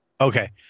okay